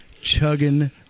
chugging